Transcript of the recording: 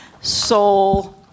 soul